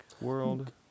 world